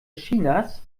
chinas